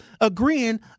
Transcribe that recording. agreeing